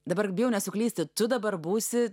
dabar bijau nesuklysti tu dabar būsi